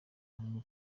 hamwe